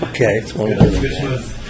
okay